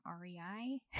REI